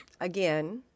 again